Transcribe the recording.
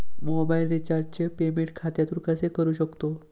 Mobile रिचार्जचे payment खात्यातून कसे करू शकतो?